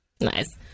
nice